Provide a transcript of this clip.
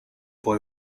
boy